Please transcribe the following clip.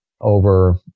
over